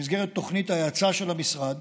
במסגרת תוכנית ההאצה של המשרד,